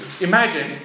imagine